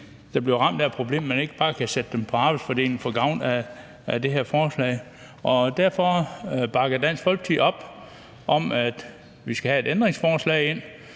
der bliver ramt af problemet, og hvor man ikke bare kan sætte dem på arbejdsfordeling og få gavn af det her forslag. Derfor bakker Dansk Folkeparti op om, at vi skal have et ændringsforslag ind,